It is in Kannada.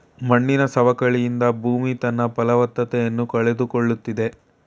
ಮಣ್ಣಿನ ಸವಕಳಿಯಿಂದ ಭೂಮಿ ತನ್ನ ಫಲವತ್ತತೆಯನ್ನು ಕಳೆದುಕೊಳ್ಳುತ್ತಿದೆ